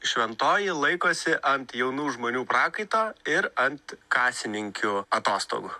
šventoji laikosi ant jaunų žmonių prakaito ir ant kasininkių atostogų